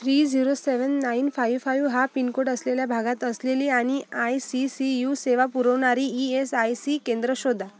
three zero seven nine five five हा pincode असलेल्या भागात असलेली आणि आय सी सी यू सेवा पुरवणारी ई एस आय सी केंद्रं शोधा